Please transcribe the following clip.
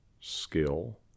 skill